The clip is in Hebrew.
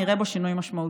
ממש נראה בו שינוי משמעותי.